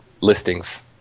listings